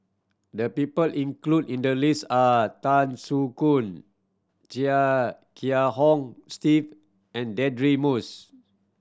the people include in the list are Tan Soo Khoon Chia Kiah Hong Steve and Deirdre Moss